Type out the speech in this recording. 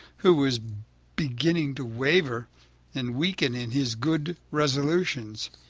who was beginning to waver and weaken in his good resolutions.